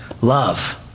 love